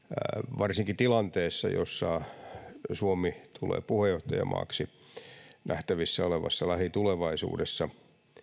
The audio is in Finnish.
varsinkin tilanteessa jossa suomi tulee puheenjohtajamaaksi nähtävissä olevassa lähitulevaisuudessa